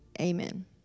Amen